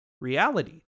reality